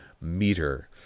meter